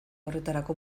horretarako